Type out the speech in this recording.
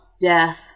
death